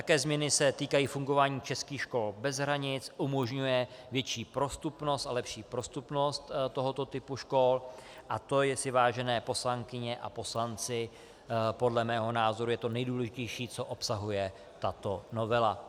Také se změny týkají fungování českých škol bez hranic, umožňuje větší prostupnost a lepší prostupnost tohoto typu škol, a to je, vážené poslankyně a poslanci, podle mého názoru to nejdůležitější, co obsahuje tato novela.